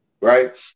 right